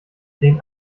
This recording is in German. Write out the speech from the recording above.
den